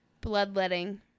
Bloodletting